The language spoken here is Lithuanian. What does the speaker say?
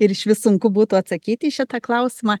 ir išvis sunku būtų atsakyt į šitą klausimą